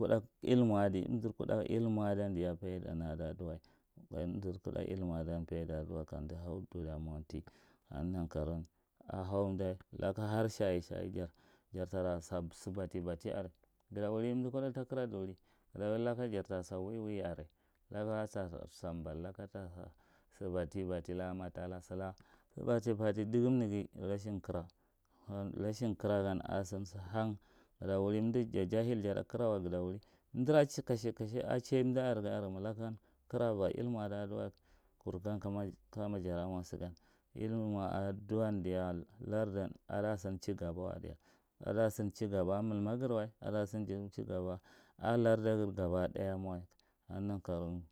Kudda ilmu adi umzur kuda ilmu adiyan falda na adiwa umdi kudda ilmu adiyan faida da diwa kandi hau dun a mowanti. Kaneghi nankarou wan a hauunda laka harshasha jarta lasa sibatti bafti guzt wuri umda kuda ta kira duri ghzta wuri laka jarta sa waiwei are laka saba laka ta sa sibatiti batti. Matda, silaka sibatti bafti dugum neghi rashim kira rashin kira gan e sin sihan ghzta wuri umdu jahil jata kirawe. Ghztti wuri umdura kasha kasha a chie umda are gan ma laka kiraba umu a da duwa gan kur gan kama jaramo sigan dmu ma a duwan diya lard an ada sin chigba wai diya ada sin chigaba milma giriwa ada sin chigaba a lardaghir ghaba daya ma wai, kaneghi nan karou